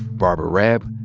barbara raab,